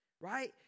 right